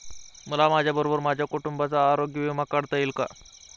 मला माझ्याबरोबर माझ्या कुटुंबाचा आरोग्य विमा काढता येईल का?